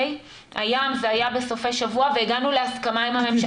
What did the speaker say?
הים, זה היה בסופי שבוע והגענו להסכמה עם הממשלה.